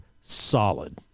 solid